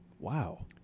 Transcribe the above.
wow